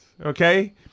okay